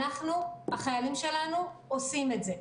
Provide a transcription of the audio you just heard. החיילים שלנו עושים את זה.